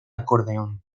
acordeón